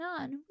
on